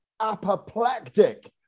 apoplectic